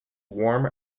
warm